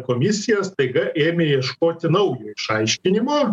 komisija staiga ėmė ieškoti naujo išaiškinimo